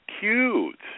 cute